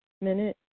minute